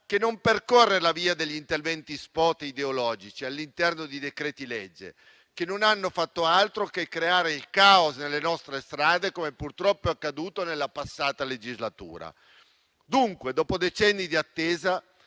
che non percorre la via degli interventi *spot* ideologici all'interno di decreti legge, che non hanno fatto altro che creare il caos nelle nostre strade, come purtroppo è accaduto nella passata legislatura. Dunque, dopo decenni di attesa,